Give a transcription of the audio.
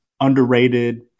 underrated